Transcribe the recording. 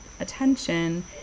attention